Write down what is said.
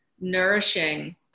nourishing